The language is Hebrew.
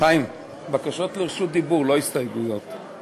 חוק ומשפט חבר הכנסת ניסן